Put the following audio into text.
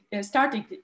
started